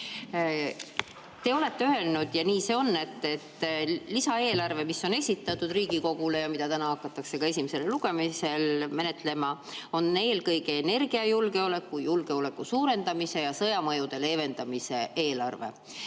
Te olete öelnud, ja nii see on, et lisaeelarve, mis on esitatud Riigikogule ja mida täna hakatakse esimesel lugemisel menetlema, on eelkõige energiajulgeoleku, [üldise] julgeoleku suurendamise ja sõjamõjude leevendamise eelarve.